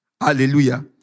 Hallelujah